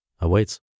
awaits